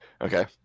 Okay